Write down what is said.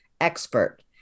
expert